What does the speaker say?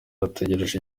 ategereje